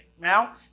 Now